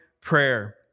prayer